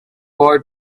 boy